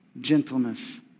gentleness